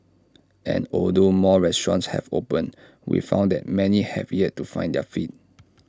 and although more restaurants have opened we found that many have yet to find their feet